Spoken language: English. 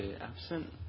absent